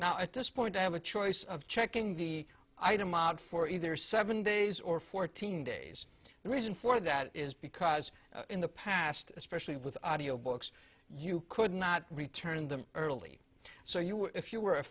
now at this point i have a choice of checking the item out for either seven days or fourteen days the reason for that is because in the past especially with audio books you could not return them early so you would if you were a